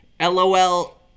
LOL